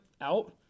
out